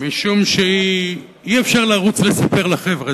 משום שאי-אפשר לרוץ לספר לחבר'ה.